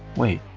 wait,